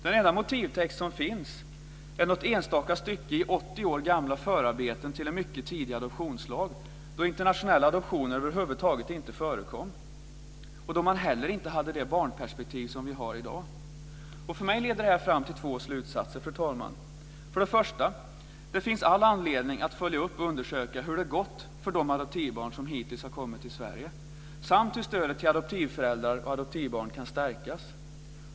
Den enda motivtext som finns är något enstaka stycke i 80 år gamla förarbeten till en mycket tidig adoptionslag, då internationella adoptioner över huvud taget inte förekom och då man heller inte hade det barnperspektiv som vi har i dag. För mig leder det här fram till två slutsatser, fru talman. För det första finns det all anledning att följa upp och undersöka hur det har gått för de adoptivbarn som hittills har kommit till Sverige samt hur stödet till adoptivföräldrar och adoptivbarn kan stärkas.